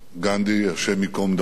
גנדי, השם ייקום דמו.